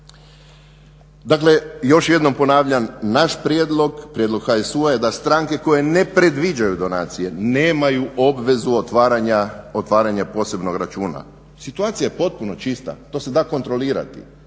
Dakle još jednom ponavljam, naš prijedlog, prijedlog HSU-a je da stranke koje ne predviđaju donacije nemaju obvezu otvaranja posebnog računa. Situacija je potpuno čista to se da kontrolirati.